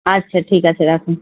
আচ্ছা ঠিক আছে রাখুন